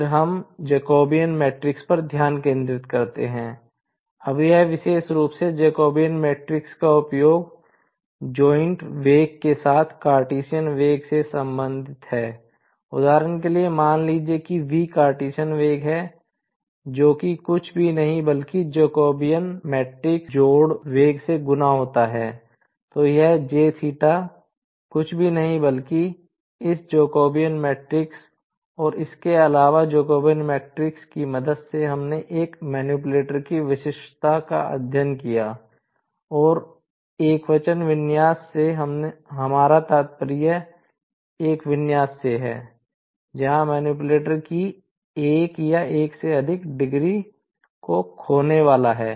फिर हम Jacobian matrix की एक या एक से अधिक डिग्री को खोने वाला है